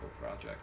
project